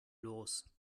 los